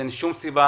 אין שום סיבה